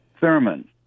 Thurman